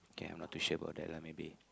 ya I'm not too sure about that lah maybe